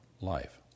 life